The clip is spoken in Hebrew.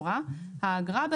הנחה.